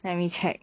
let me check